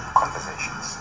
conversations